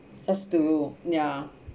just to yeah